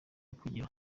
kugira